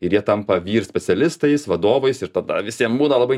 ir jie tampa vyr specialistais vadovais ir tada visiem būna labai